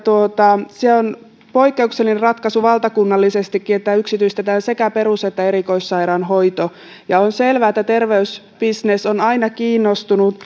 se on poikkeuksellinen ratkaisu valtakunnallisestikin että yksityistetään sekä perus että erikoissairaanhoito ja on selvää että terveysbisnes on aina kiinnostunut